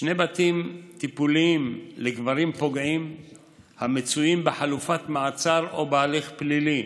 שני בתים טיפוליים לגברים פוגעים המצויים בחלופת מעצר או בהליך פלילי,